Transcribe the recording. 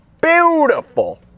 beautiful